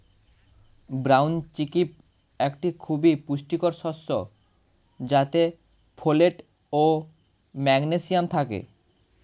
brown chickpea একটি খুবই পুষ্টিকর শস্য যাতে ফোলেট ও ম্যাগনেসিয়াম থাকে